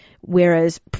Whereas